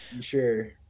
Sure